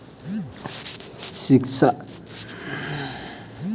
शिक्षा हेतु लेल गेल लोन वा ऋण जमा करै केँ कतेक दिनक समय भेटैत अछि?